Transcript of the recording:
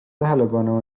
tähelepanu